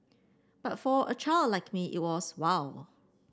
but for a child like me it was wow